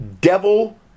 devil